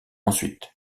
ensuite